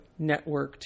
networked